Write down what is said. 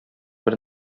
бер